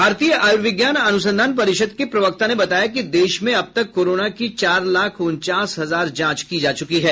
भारतीय आयुर्विज्ञान अनुसंधान परिषद के प्रवक्ता ने बताया कि देश में अब तक कोरोना की चार लाख उनचास हजार जांच की जा चुकी हैं